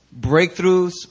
Breakthroughs